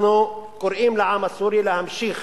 אנחנו קוראים לעם הסורי להמשיך